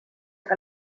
que